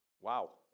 wow